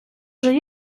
вже